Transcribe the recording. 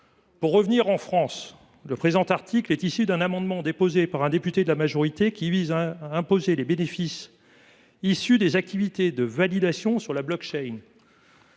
Mais revenons en France. Le présent article est issu d’un amendement déposé par un député de la majorité visant à imposer les bénéfices issus des activités de validation sur la.